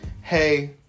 hey